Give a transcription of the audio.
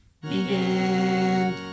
Begin